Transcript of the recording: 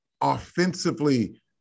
Offensively